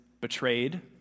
betrayed